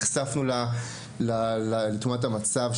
נחשפנו לתמונת המצב,